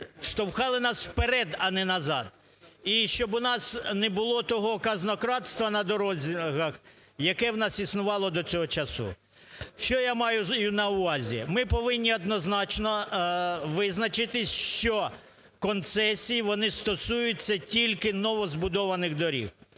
штовхали нас вперед, а не назад і, щоб у нас не було того казнокрадства на дорогах, яке в нас існувало до цього часу. Що я маю на увазі. Ми повинні однозначно визначитись, що концесії, вони стосуються тільки новозбудованих доріг.